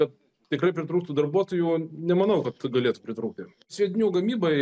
kad tikrai pritrūktų darbuotojų nemanau kad galėtų pritrūkti sviedinių gamybai